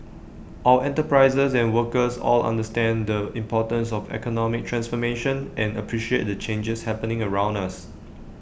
our enterprises and workers all understand the importance of economic transformation and appreciate the changes happening around us